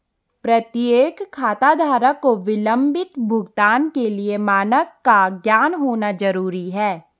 प्रत्येक खाताधारक को विलंबित भुगतान के लिए मानक का ज्ञान होना जरूरी है